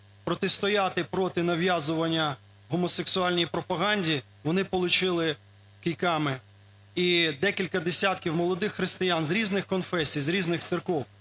протистояти проти нав'язування гомосексуальній пропаганді, вони получили кийками? І декілька десятків молодих християн з різних конфесій, з різних церков.